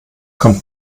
kommt